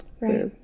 Right